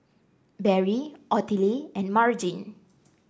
Barry Ottilie and Margene